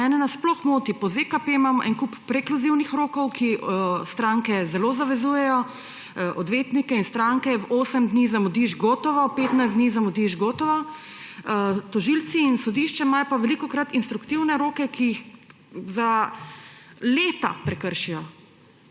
Mene nasploh moti, po ZKP imamo en kup prekluzivnih rokov, ki stranke zelo zavezujejo, odvetnike in stranke, osem dni zamudiš, gotovo. 15 dni zamudiš, gotovo. Tožilci in sodišče imajo pa velikokrat instruktivne roke, ki jih za leta prekršijo.